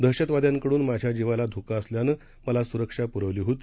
दहशतवाद्यांकडून माझ्या जीवाला धोका असल्यानं मला स्रक्षा प्रवण्यात आली होती